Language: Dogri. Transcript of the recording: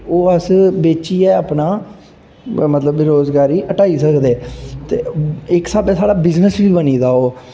ते ओह् असें बेचियै अपना मतलब बेरोज़गारी ह्टाई सकदे ते इक स्हाबै साढ़ा बिज़नेस बी बनी जंदा ओह्